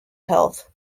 health